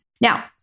Now